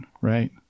right